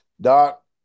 Doc